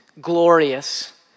glorious